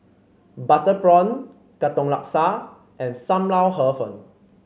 Butter Prawn Katong Laksa and Sam Lau Hor Fun